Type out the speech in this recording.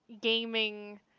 gaming